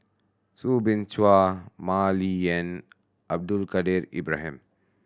Soo Bin Chua Mah Li Lian Abdul Kadir Ibrahim